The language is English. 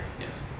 Yes